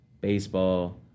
baseball